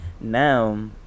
Now